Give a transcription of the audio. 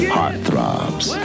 Heartthrobs